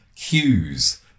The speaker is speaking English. cues